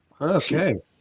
Okay